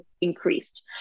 increased